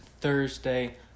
Thursday